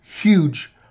huge